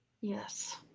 Yes